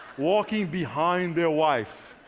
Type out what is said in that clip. walking behind their wives.